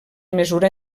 mesura